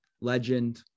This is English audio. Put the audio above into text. legend